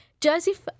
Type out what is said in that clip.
Joseph